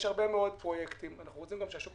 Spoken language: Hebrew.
יש הרבה מאוד פרויקטים שאנחנו רוצים שהשוק